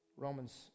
Romans